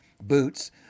boots